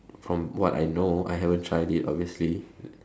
from what I know I haven't tried it obviously